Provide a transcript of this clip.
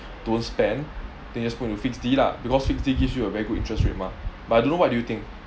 don't spend then just put into fixed d lah because fixed d gives you a very good interest rate mah but I don't know what do you think